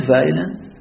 violence